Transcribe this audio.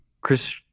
Chris